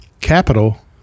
capital